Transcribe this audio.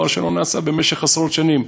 דבר שלא נעשה במשך עשרות שנים.